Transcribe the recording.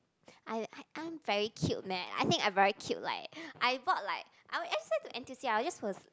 I I I'm very cute man I think I very cute like I bought like I will to N_T_U_C I just was